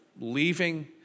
leaving